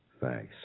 Thanks